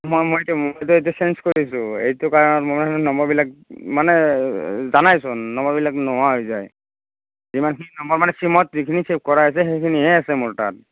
মই মোৰ এতিয়া ম'বাইলটো এতিয়া চেঞ্জ কৰিছোঁ এইটো কাৰণে ম'বাইলৰ নম্বৰবিলাক মানে জানাই চোন নম্বৰবিলাক নোহোৱা হৈ যায় যিমানখিনি নাম্বাৰ মানে চিমত যিখিনি ছেভ কৰা হৈছে সেইখিনিহে আছে মোৰ তাত